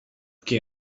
che